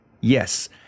Yes